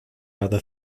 other